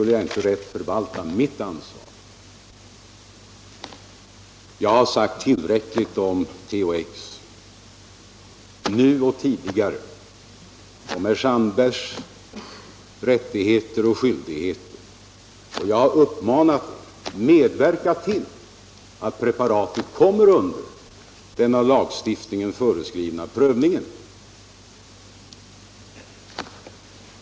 Jag har sagt tillräckligt om THX nu och tidigare, om dr Sandbergs rättigheter och skyldigheter, och jag har uppmanat er: Medverka till att preparatet kommer under den av lagstiftningen föreskrivna prövningen!